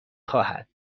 خواهد